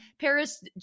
Paris